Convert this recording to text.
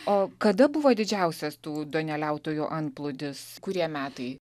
o kada buvo didžiausias tų duoneliautojų antplūdis kurie metai